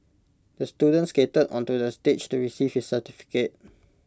the student skated onto the stage to receive his certificate